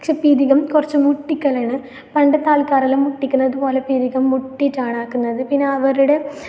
പക്ഷെ പിരികം കുറച്ച് മുട്ടിക്കലാണ് പണ്ടത്തെ ആൾക്കാരെല്ലാം മുട്ടിക്കുന്നത് പോലെ പിരികം മുട്ടിയിട്ടിറ്റാണ് ആക്കുന്നത് പിന്നെ അവരുടെ